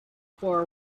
for